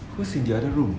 who is in the other room